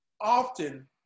often